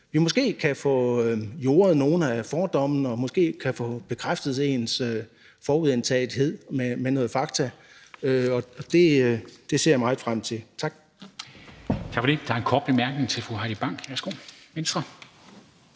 vi måske kan få jordet nogle af fordommene og man måske kan få bekræftet sin forudindtagethed med nogle fakta; det ser jeg meget frem til. Tak.